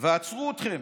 ועצרו אתכם.